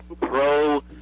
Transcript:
pro